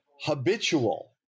Habitual